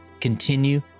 continue